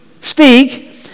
speak